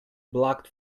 blocked